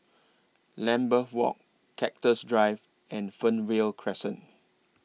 Lambeth Walk Cactus Drive and Fernvale Crescent